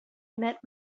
met